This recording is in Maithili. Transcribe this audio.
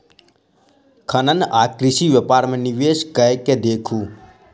खनन आ कृषि व्यापार मे निवेश कय के देखू